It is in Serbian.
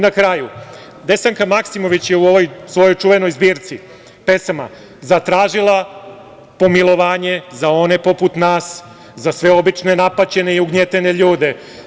Na kraju, Desanka Makimović je u ovoj svojoj čuvenoj zbirci pesama zatražila pomilovanje za one poput nas, za sve obične, napaćene i ugnjetene ljude.